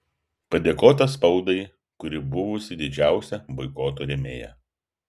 padėkota spaudai kuri buvusi didžiausia boikoto rėmėja